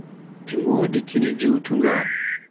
ɗi ngodi kine njuutomga.